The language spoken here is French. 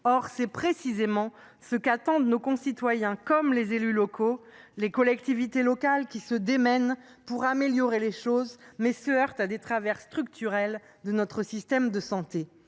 Or c’est précisément ce qu’attendent nos concitoyens, comme les élus locaux et les collectivités locales, qui se démènent pour améliorer les choses, mais se heurtent aux travers structurels de notre système de soins.